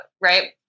right